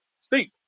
Steve